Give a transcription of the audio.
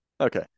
Okay